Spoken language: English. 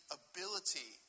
ability